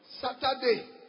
Saturday